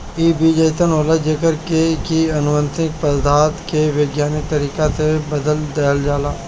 इ बीज अइसन होला जेकरा के की अनुवांशिक पदार्थ के वैज्ञानिक तरीका से बदल देहल जाला